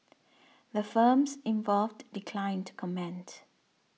the firms involved declined to comment